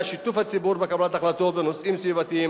את שיתוף הציבור בקבלת החלטות בנושאים סביבתיים